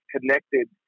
connected